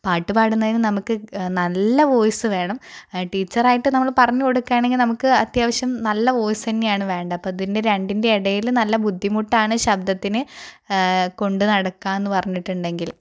പാട്ടു പാടുന്നതിന് നമുക്ക് നല്ല വോയിസ് വേണം ടീച്ചറായിട്ട് നമ്മൾ പറഞ്ഞു കൊടുക്കുക ആണെങ്കിൽ നമുക്ക് അത്യാവശ്യം നല്ല വോയിസ് തന്നേയാണ് വേണ്ടത് അപ്പോൽ ഇതിനെ രണ്ടിൻ്റേയും ഇടയിൽ നല്ല ബുദ്ധിമുട്ടാണ് ശബ്ദത്തിന് കൊണ്ടു നടക്കുക എന്ന് പറഞ്ഞിട്ടുണ്ടെങ്കിൽ